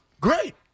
Great